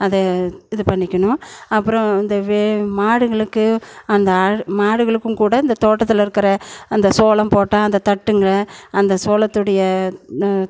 அதை இது பண்ணிக்கணும் அப்புறம் இந்த வே மாடுங்களுக்கு அந்த ஆ மாடுகளுக்கும் கூட இந்த தோட்டத்தில் இருக்கிற அந்த சோளம் போட்டால் அந்த தட்டுங்கள் அந்த சோளத்துடைய